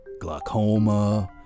Glaucoma